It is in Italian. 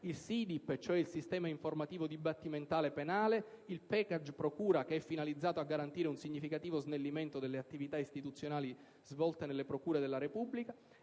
il SIDIP, cioè il sistema informativo dibattimentale penale; il *package* procura, che è finalizzato a garantire un significativo snellimento delle attività istituzionali svolte nelle procure della Repubblica.